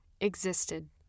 existed